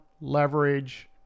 leverage